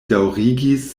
daŭrigis